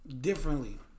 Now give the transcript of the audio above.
differently